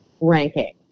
ranking